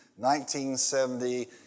1970